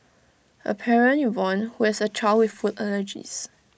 A parent Yvonne who has A child with food allergies